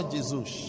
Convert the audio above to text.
Jesus